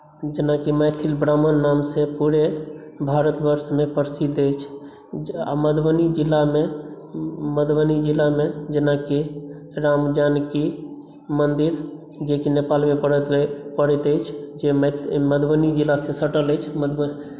जेनाकि मैथिल ब्राम्हण नामसँ पूरे भारत वर्षमे प्रसिद्ध अछि आ मधुबनी जिलामे मधुबनी जिलामे जेनाकि रामजानकी मन्दिर जे कि नेपालमे पड़ैत अइ पड़ैत अछि जे मधुबनी जिलासँ सटल अछि मधुब